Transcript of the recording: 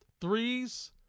threes